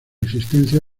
existencia